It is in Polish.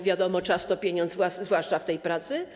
Wiadomo, czas to pieniądz, zwłaszcza w tej pracy.